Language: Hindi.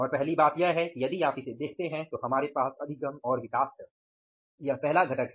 और पहली बात यह है कि यदि आप इसे देखते हैं तो हमारे पास अधिगम और विकास है सही है